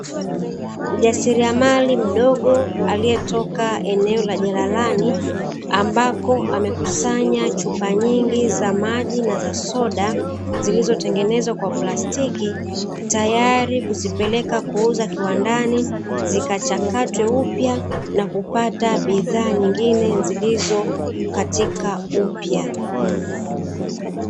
Mjasiriamali mdogo aliyetoka eneo la jalalani, ambapo amekusanya chupa nyingi za maji na za soda, zilizotengenezwa kwa plastiki tayari kuzipeleka kuuzwa kiwandani zikachakatwe upya na kupata bidhaa nyingine zilizo katika upya.